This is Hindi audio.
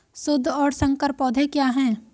शुद्ध और संकर पौधे क्या हैं?